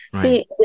See